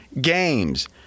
games